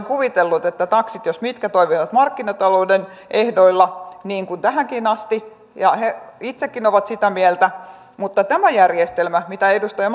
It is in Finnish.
kuvitellut että taksit jos mitkä toimivat markkinatalouden ehdoilla niin kuin tähänkin asti ja he itsekin ovat sitä mieltä mutta tämä järjestelmä minkä edustaja